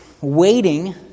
waiting